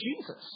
Jesus